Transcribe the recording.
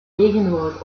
regenwoud